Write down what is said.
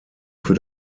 für